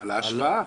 --- על ההשוואה.